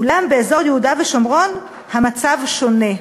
אולם באזור יהודה ושומרון המצב שונה.